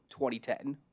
2010